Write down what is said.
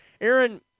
Aaron